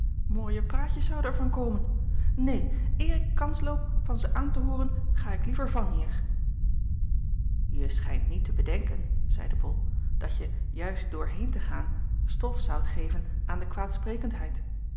mooie praatjes zouden er van komen neen eer ik kans loop van ze aan te hooren ga ik liever vanhier je schijnt niet te bedenken zeide bol dat je juist door heen te gaan stof zoudt geven aan de